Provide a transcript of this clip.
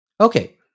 Okay